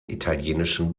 italienischen